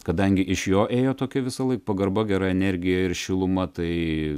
kadangi iš jo ėjo tokia visąlaik pagarba gera energija ir šiluma tai